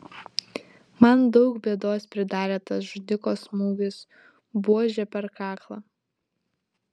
man daug bėdos pridarė tas žudiko smūgis buože per kaklą